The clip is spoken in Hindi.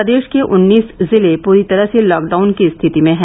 प्रदेश के उन्नीस जिले पूरी तरह से लॉकडाउन की स्थिति में है